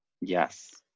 Yes